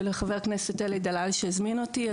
ולחבר הכנסת אלי דלל שהזמין אותי.